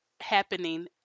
happening